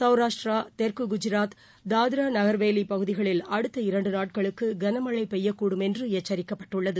சௌராஷ்டரா தெற்குகுஜராத் தாத்ராநகர்ஹவேலிபகுதிகளில் அடுத்த இரண்டுநாட்களுக்குகனமழைபெய்யக்கூடும் என்றுஎச்சரிக்கப்பட்டுள்ளது